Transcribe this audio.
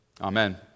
Amen